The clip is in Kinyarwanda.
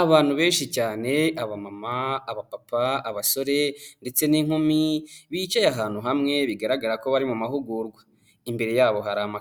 Abagabo batatu aho bicaye umwuka umwe akaba yambaye ikote ry'umukara ndetse akaba yambayemo n'ishati y'ubururu, abandi babiri bakaba bambaye amashati y'mweru, aho buri wese hari akarangururamajwi imbere ye wo hagati